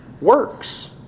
works